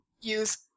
use